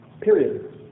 period